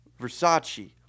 Versace